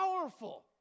powerful